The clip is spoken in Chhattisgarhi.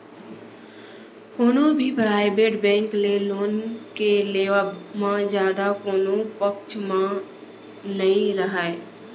कोनो भी पराइबेट बेंक ले लोन के लेवब म जादा कोनो पक्छ म नइ राहय